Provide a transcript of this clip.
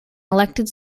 elected